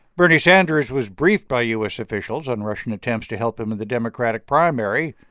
bernie sanders was briefed by u s. officials on russian attempts to help him in the democratic primary,